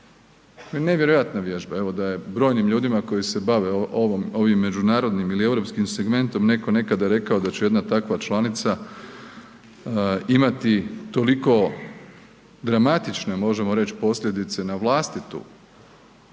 To je nevjerojatna vježba, evo da je brojnim ljudima koji se bave ovim međunarodnim ili europskim segmentom neko nekada rekao da će jedna takva članica imati toliko dramatične, možemo reći, posljedice na vlastitu